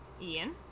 Ian